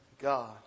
God